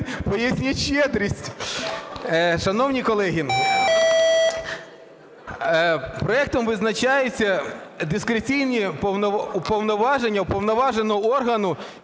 поясніть щедрість. Шановні колеги, проектом визначаються дискреційні повноваження уповноваженого органу